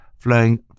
flowing